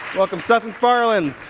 welcome seth macfarlane,